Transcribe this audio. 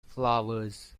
flowers